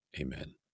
amen